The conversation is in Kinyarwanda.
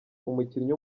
umukinnyi